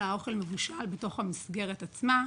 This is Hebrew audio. אלא האוכל מבושל בתוך המסגרת עצמה.